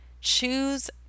Choose